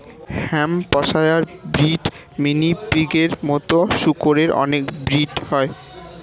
Hampshire breed, mini পিগের মতো শুকরের অনেক ব্রিড হয়